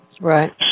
Right